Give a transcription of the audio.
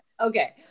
Okay